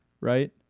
right